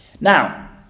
Now